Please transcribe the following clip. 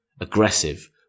Aggressive